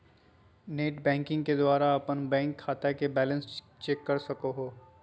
net banking के द्वारा अपन बैंक खाता के बैलेंस चेक कर सको हो